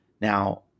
Now